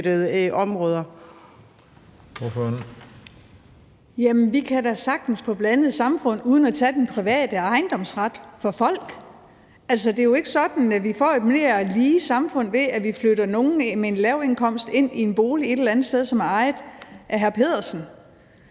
Jamen vi kan da sagtens få blandede samfund uden at tage den private ejendomsret fra folk. Altså, det er jo ikke sådan, at vi får et mere lige samfund, ved at vi flytter nogle med en lavindkomst ind i en bolig et eller andet sted, som er ejet af hr. Pedersen.